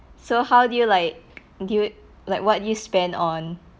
so how do you like deal~ like what you spend on